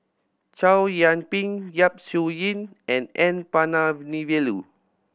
Chow Yian Ping Yap Su Yin and N Palanivelu